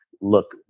look